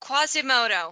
Quasimodo